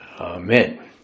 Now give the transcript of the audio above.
Amen